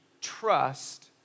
trust